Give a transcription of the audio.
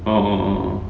oh oh oh oh